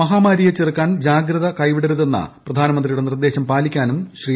മഹാമാരിയെ ചെറുക്കാൻ ജാഗ്രത കൈവിടരുതെന്ന പ്രധാനമന്ത്രിയുടെ നിർദ്ദേശം പാലിക്കാനും ശ്രീ